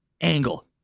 angle